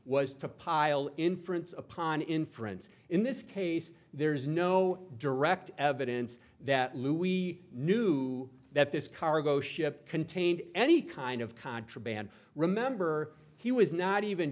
was to pile inference upon inference in this case there is no direct evidence that lou we knew that this cargo ship contained any kind of contraband remember he was not even